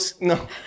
no